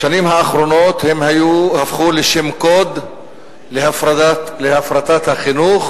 בשנים האחרונות הם הפכו לשם קוד להפרטת החינוך,